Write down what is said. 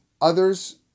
others